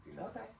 okay